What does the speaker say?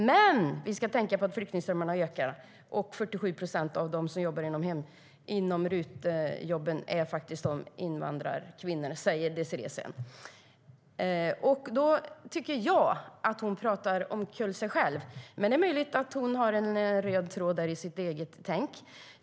Men samtidigt ska vi tänka på att flyktingströmmarna ökar, och 47 procent av dem som jobbar inom RUT-jobben är invandrarkvinnor. Jag tycker att Désirée Pethrus pratar omkull sig själv. Men det är möjligt att hon har en röd tråd i sitt tänk.